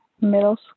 middle